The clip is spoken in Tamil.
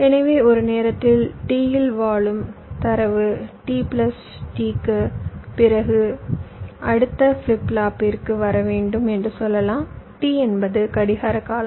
எனவே ஒரு நேரத்தில் T இல் வாழும் தரவு t பிளஸ் T க்குப் பிறகு அடுத்த ஃபிளிப் ஃப்ளாப்பிற்கு வர வேண்டும் என்று சொல்லலாம் T என்பது கடிகார காலம்